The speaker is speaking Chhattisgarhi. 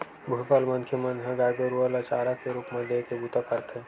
भूसा ल मनखे मन ह गाय गरुवा ल चारा के रुप म देय के बूता करथे